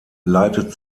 leitet